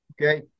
Okay